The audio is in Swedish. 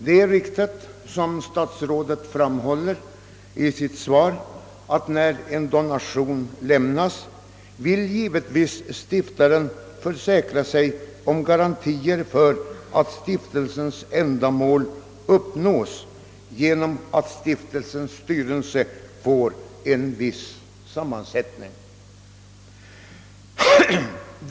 Det är riktigt som statsrådet framhåller i sitt svar, att en donator kan försäkra sig om garantier för att stiftelses ändamål uppnås genom att han bestämmer att stiftelsens styrelse skall ha en viss sammansättning.